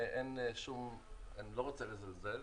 אני לא רוצה לזלזל.